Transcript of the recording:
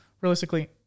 realistically